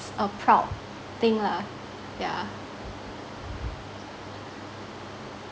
a proud thing lah yeah